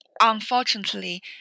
unfortunately